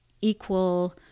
equal